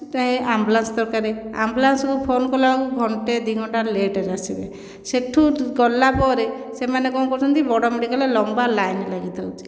ପାଇଁ ଆମ୍ବୁଲାନ୍ସ ଦରକାର ଆମ୍ବୁଲାନ୍ସକୁ ଫୋନ୍ କଲାବେଳକୁ ଘଣ୍ଟେ ଦୁଇ ଘଣ୍ଟା ଲେଟରେ ଆସିବେ ସେହିଠାରୁ ଗଲାପରେ ସେମାନେ କ'ଣ କରୁଛନ୍ତି ବଡ଼ ମେଡ଼ିକାଲରେ ଲମ୍ବା ଲାଇନ ଲାଗିଥାଉଛି